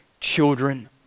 children